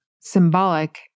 symbolic